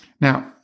Now